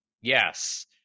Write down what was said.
Yes